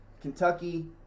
Kentucky